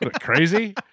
Crazy